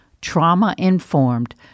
trauma-informed